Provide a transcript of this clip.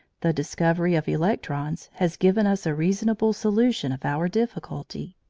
the discovery of electrons has given us a reasonable solution of our difficulty.